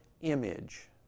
image